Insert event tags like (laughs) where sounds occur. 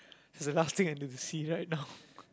he's the last thing I need to see right now (laughs)